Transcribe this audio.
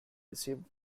received